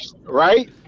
Right